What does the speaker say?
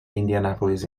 indianapolis